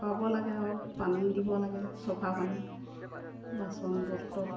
পাব লাগে আৰু পানী দিব লাগে চফা পানী বাচন বৰ্তন